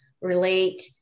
relate